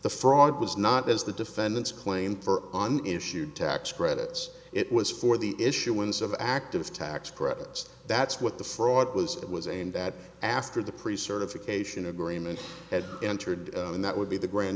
the fraud was not as the defendants claimed for on the issue tax credits it was for the issuance of active tax credits that's what the fraud was it was and that after the pre certified cation agreement had entered and that would be the grand